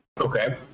Okay